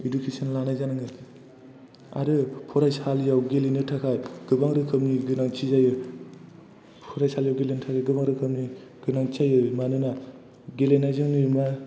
education लानाय जानांगोन आरो फरायसालियाव गेलेनो थाखाय गोबां रोखोमनि गोनांथि जायो फरायसालियाव गेलेनो थाखाय गोबां रोखोमनि गोनांथि जायो मानोना गेलेनायजों नै मा